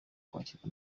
kwakirwa